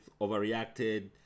overreacted